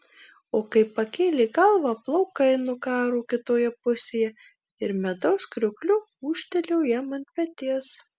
o kai pakėlė galvą plaukai nukaro kitoje pusėje ir medaus kriokliu ūžtelėjo jam ant peties